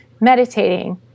meditating